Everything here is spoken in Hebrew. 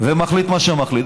ומחליט מה שמחליט.